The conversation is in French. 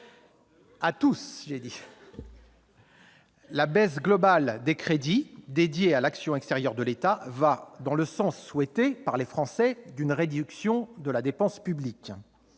ces domaines. La baisse globale des crédits dédiés à l'action extérieure de l'État va dans le sens souhaité par les Français d'une réduction de la dépense publique.